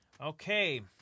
Okay